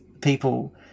people